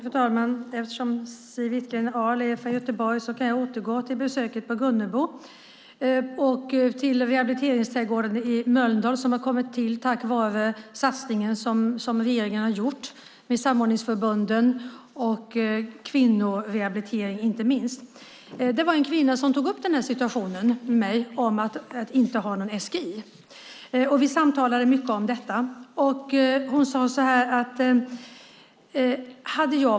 Fru talman! Eftersom Siw Wittgren-Ahl är från Göteborg kan jag återgå till besöket på Gunnebo och till rehabiliteringsträdgården i Mölndal, som har kommit till tack vare satsningen som regeringen har gjort tillsammans med samordningsförbunden och inte minst kvinnorehabilitering. Det var en kvinna som tog upp situationen med mig att inte ha någon SGI. Vi samtalade mycket om detta.